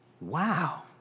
wow